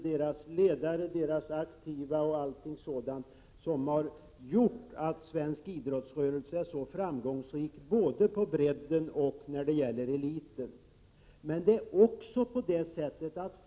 Dess ledare, dess aktiva m.fl. har gjort att den svenska idrottrörelsen har blivit så framgångsrik, såväl på bredden som när det gäller eliten.